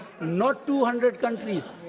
not two hundred countries.